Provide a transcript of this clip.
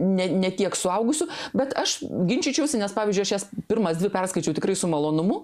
ne ne tiek suaugusių bet aš ginčyčiausi nes pavyzdžiui aš jas pirmas dvi perskaičiau tikrai su malonumu